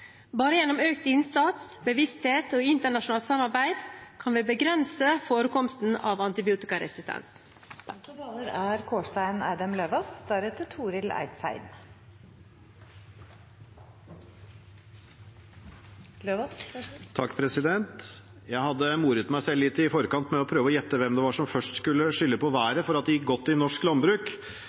Bare gjennom økt innsats, bevissthet og internasjonalt samarbeid kan vi begrense forekomsten av antibiotikaresistens. Jeg har moret meg litt i forkant med å prøve å gjette hvem som først ville skylde på været for at det gikk godt i norsk landbruk.